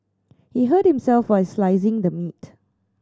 he hurt himself while slicing the meat